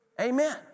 Amen